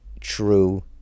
true